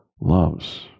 Loves